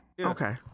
Okay